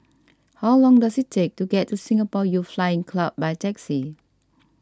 how long does it take to get to Singapore Youth Flying Club by taxi